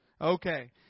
Okay